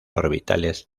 orbitales